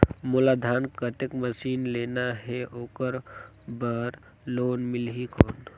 मोला धान कतेक मशीन लेना हे ओकर बार लोन मिलही कौन?